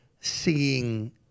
seeing